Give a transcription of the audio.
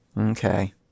Okay